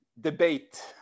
debate